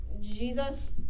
Jesus